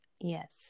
Yes